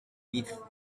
with